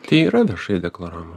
tai yra viešai deklaruojama